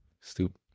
stupid